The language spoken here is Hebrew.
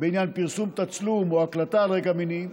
בעניין פרסום תצלום או הקלטה על רקע מיני.